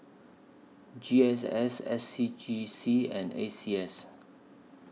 G S S S C G C and A C S